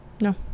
No